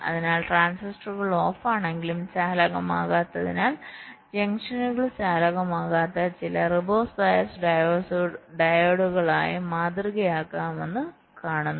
അതിനാൽ ട്രാൻസിസ്റ്ററുകൾ ഓഫാണെങ്കിലും ചാലകമാകാത്തതിനാൽ ജംഗ്ഷനുകൾ ചാലകമാക്കാത്ത ചില റിവേഴ്സ് ബയസ് ഡയോഡുകളായി മാതൃകയാകാമെന്ന് കാണുന്നു